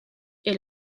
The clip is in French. est